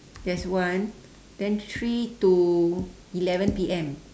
there's one then three to eleven P_M